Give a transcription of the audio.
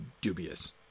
dubious